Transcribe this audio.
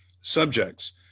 subjects